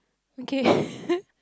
okay